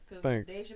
thanks